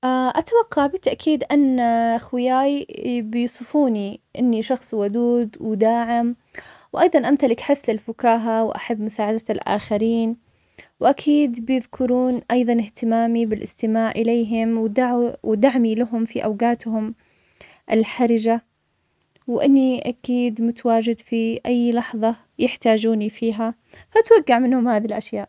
أتوقع بالتاكيد أن خوياي بيوصفوني إني شخص ودود وداعم وأيضا أمتلك حس الفكاهة وأحب مساعده الآخرين وأكيد بيذكرون أيضاً اهتمامي باإاستماع إليهم ودعوي- دعمي لهم في أوقاتهم الحرج’ وإني أكيد متواجد في أي لحظة يحتاجوني فيها فاتوقع منهم هذه الاشياء.